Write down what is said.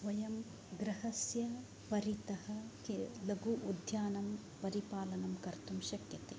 वयं गृहस्य परित लघु उद्यानं परिपालनं कर्तुं शक्यते